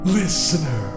listener